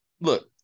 Look